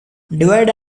divide